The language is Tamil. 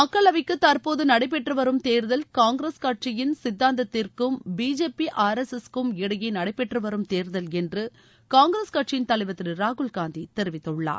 மக்களவைக்கு தற்போது நடைப்பெற்றுவரும் தேர்தல் காங்கிரஸ் கட்சியின் சித்தாந்தத்திற்கும் பிஜேபி ஆர்எஸ்எஸ் க்கும் இடையே நடைபெற்றுவரும் தேர்தல் என்று காங்கிரஸ் கட்சியின் தலைவர் திரு ராகுல் காந்தி தெரிவித்துள்ளார்